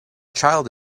child